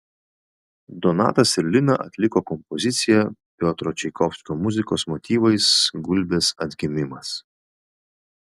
donatas ir lina atliko kompoziciją piotro čaikovskio muzikos motyvais gulbės atgimimas